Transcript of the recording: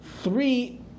three